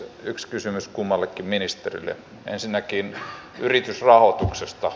yks kysymys kummallekin ministerille ensinnäkin yritysrahoituksesta